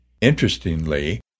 Interestingly